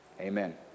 Amen